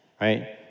right